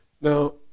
Now